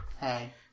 Hey